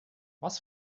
was